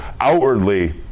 outwardly